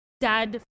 dad